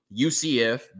UCF